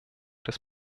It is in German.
des